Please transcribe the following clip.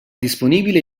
disponibile